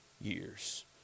years